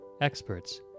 experts